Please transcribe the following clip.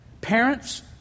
Parents